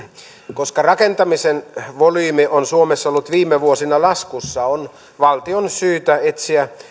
koska rakentamisen volyymi on suomessa ollut viime vuosina laskussa on valtion syytä etsiä